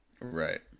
Right